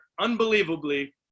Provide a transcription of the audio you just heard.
unbelievably